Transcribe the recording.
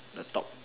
the top